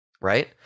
Right